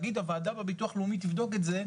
להגיד הוועדה בביטוח הלאומי תבדוק את זה,